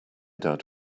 dad